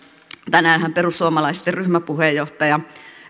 tänäänhän perussuomalaisten ryhmäpuheenjohtaja